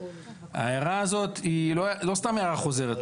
ההערה הזאת היא לא סתם הערה חוזרת,